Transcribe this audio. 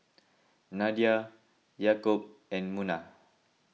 Nadia Yaakob and Munah